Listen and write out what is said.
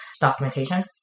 documentation